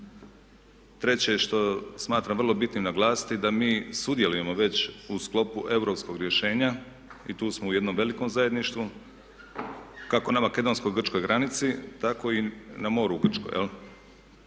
Treće što smatram vrlo bitnim naglasiti da mi sudjelujemo već u sklopu europskog rješenja i tu smo u jednom velikom zajedništvu kako na makedonsko-grčkoj granici, tako i na moru u Grčkoj.